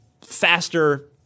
faster